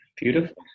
beautiful